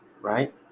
Right